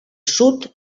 sud